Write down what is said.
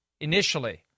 initially